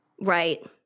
right